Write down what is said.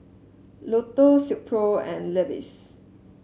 Lotto Silkpro and Levi's